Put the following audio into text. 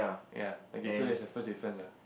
ya okay so that's the first difference ah